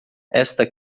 esta